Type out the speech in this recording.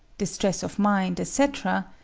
distress of mind, etc,